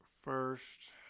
first